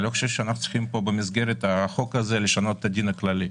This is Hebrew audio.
אני לא חושב שאנחנו צריכים במסגרת החוק הזה לשנות את הדין הכללי.